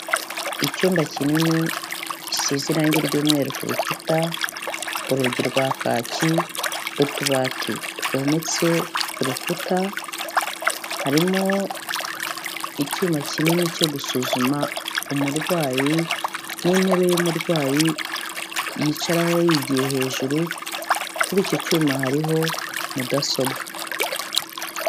Icyumba kinini gisize irangi ry'umweru ku bikuta, urugi rwa kaki, utubati twometse ku rukuta, harimo icyuma kinini cyo gusuzuma umurwayi, n'intebe y'umurwayi yicaraho yigiye hejuru, kuri icyo cyuma hariho mudasobwa.